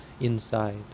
inside